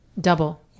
Double